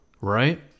right